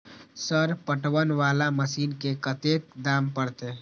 Sir पटवन वाला मशीन के कतेक दाम परतें?